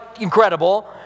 incredible